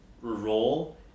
role